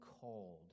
called